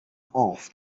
off